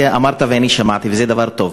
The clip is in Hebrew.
את זה אמרת ואני שמעתי, וזה דבר טוב.